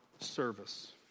service